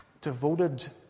Devoted